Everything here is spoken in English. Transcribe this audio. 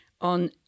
on